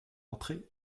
entrée